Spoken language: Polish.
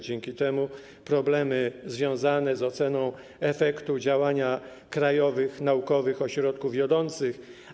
Dzięki temu eliminujemy problemy związane z oceną efektu działania krajowych naukowych ośrodków wiodących.